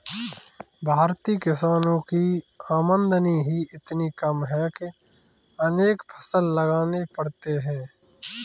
भारतीय किसानों की आमदनी ही इतनी कम है कि अनेक फसल लगाने पड़ते हैं